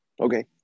okay